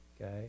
okay